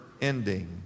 ending